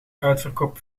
uitverkoop